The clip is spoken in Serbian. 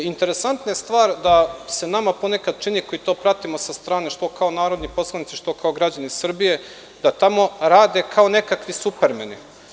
Interesantna je stvar da se nama ponekad čini, koji to pratimo sa strane, što kao narodni poslanici, što kao građani Srbije, da tamo rade kao nekakvi supermeni.